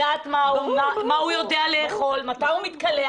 המטפלת יודעת מה הוא אוהב לאכול, מתי הוא מתקלח